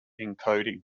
encoding